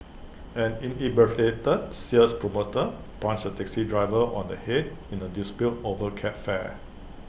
an inebriated sales promoter punched A taxi driver on the Head in A dispute over cab fare